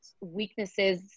weaknesses